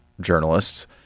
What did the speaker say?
journalists